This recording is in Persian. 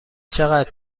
چقدر